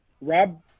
Rob